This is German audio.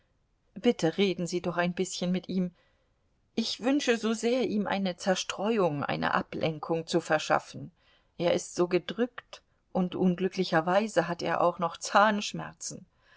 bitte reden sie doch ein bißchen mit ihm im wünsche so sehr ihm eine zerstreuung eine ablenkung zu verschaffen er ist so gedrückt und unglücklicherweise hat er auch noch zahnschmerzen